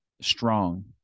strong